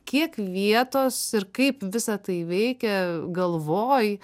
kiek vietos ir kaip visa tai veikia galvoj